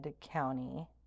County